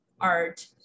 art